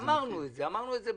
אמרנו את זה בדיון.